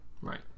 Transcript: Right